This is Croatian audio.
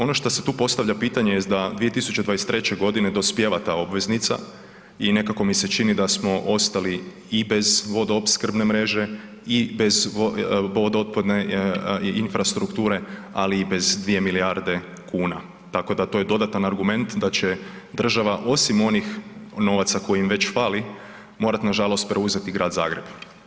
Ono šta se tu postavlja pitanje jest da 2023.g. dospijeva ta obveznica i nekako mi se čini da smo ostali i bez vodoopskrbne mreže i bez vodootpadne infrastrukture, ali i bez dvije milijarde kuna, tako da to je dodatan argument da će država, osim onih novaca koji im već fali, morat nažalost preuzet Grad Zagreb.